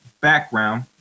background